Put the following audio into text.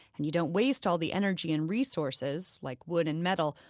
and, you don't waste all the energy and resources, like wood and metal,